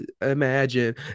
imagine